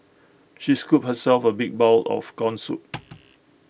she scooped herself A big bowl of Corn Soup